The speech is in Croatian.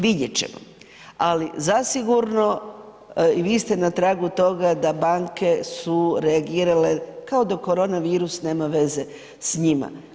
Vidjet ćemo, ali zasigurno i vi ste na tragu toga da banke su reagirale kao da koronavirus nema veze s njima.